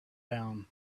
down